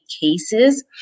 cases